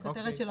הכותרת שלו,